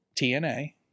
TNA